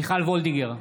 מיכל וולדיגר,